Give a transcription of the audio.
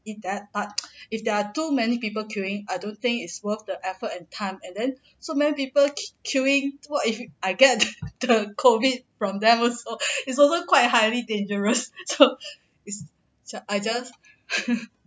eat that but if there are too many people queuing I don't think it's worth the effort and time and then so many people queuing what if I get the COVID from them also is also quite highly dangerous so is I just